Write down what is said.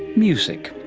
music.